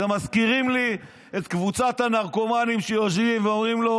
אתם מזכירים לי את קבוצת הנרקומנים שיושבים ואומרים לו: